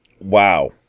Wow